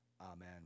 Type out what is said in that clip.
Amen